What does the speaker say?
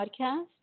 Podcast